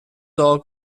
دعا